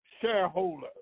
shareholder